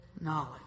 knowledge